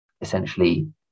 essentially